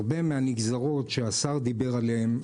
הרבה מהנגזרות שהשר דיבר עליהן,